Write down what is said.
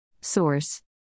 Source